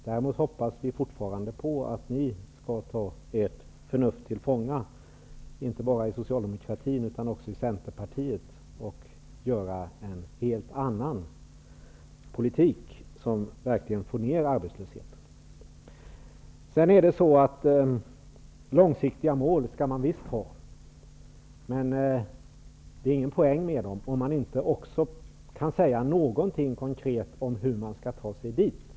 Däremot hoppas vi fortfarande på att ni i Centerpartiet skall ta ert förnuft till fånga -- den förhoppningen gäller alltså inte bara Socialdemokraterna -- och driva en helt annan politik, en politik som verkligen får ner arbetslösheten. Visst skall man ha långsiktiga mål. Men det är ingen poäng med sådana, om man inte kan säga någonting konkret om hur man skall ta sig till dessa mål.